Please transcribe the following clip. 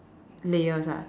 layers ah